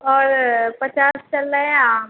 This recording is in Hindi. और पचास चल रहे हैं आम